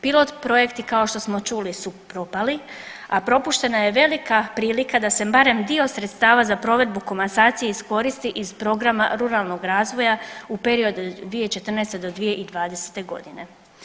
Pilot projekti kao što smo čuli su propali, a propuštena je velika prilika da se barem dio sredstava za provedbu komasacije iskoristi iz programa ruralnog razvoja u periodu od 2014. do 2020. godine.